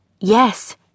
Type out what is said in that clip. Yes